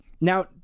Now